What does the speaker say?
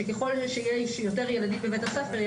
שככל שיהיו יותר ילדים בבית הספר,